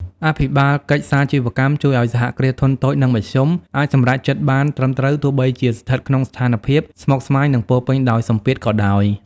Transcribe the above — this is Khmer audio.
អភិបាលកិច្ចសាជីវកម្មជួយឱ្យ សហគ្រាសធុនតូច និងមធ្យម អាចសម្រេចចិត្តបានត្រឹមត្រូវ ទោះបីជាស្ថិតក្នុងស្ថានភាពស្មុគស្មាញ និងពោរពេញដោយសម្ពាធក៏ដោយ។